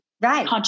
Right